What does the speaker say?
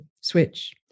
switch